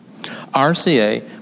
RCA